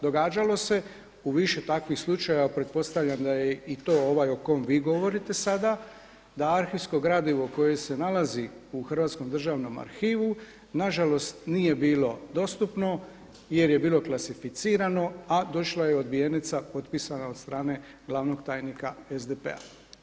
Događalo se u više takvih slučajeva, pretpostavljam da je i to ovaj o kom vi govorite sada, da arhivsko gradivo koje se nalazi u Hrvatskom državnom arhivu nažalost nije bilo dostupno jer je bilo klasificirano, a došla je odbijenica potpisana od strane glavnog tajnika SDP-a.